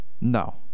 no